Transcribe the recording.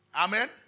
Amen